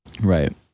Right